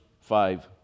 five